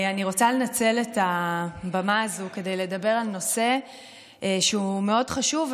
אני רוצה לנצל את הבמה הזאת כדי לדבר על נושא שהוא מאוד חשוב.